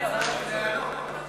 ויתרה על זכות הדיבור.